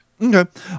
Okay